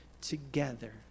together